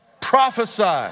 prophesy